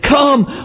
Come